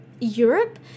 Europe